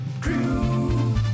Crew